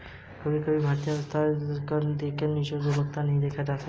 कभी भी भारतीय आर्थिक व्यवस्था को नीचे लुढ़कते हुए नहीं देखा जाता है